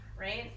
Right